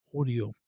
audio